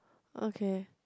okay